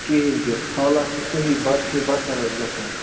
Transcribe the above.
کِہیٖنۍ تہِ حالات چھِ صحیح بَد سے بَدتر حظ گَژھان